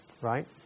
Right